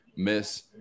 miss